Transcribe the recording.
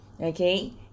okay